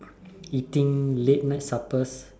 eating late night suppers